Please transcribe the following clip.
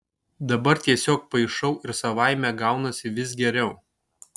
dabar tiesiog paišau ir savaime gaunasi vis geriau